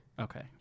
Okay